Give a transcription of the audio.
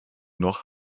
noch